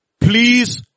please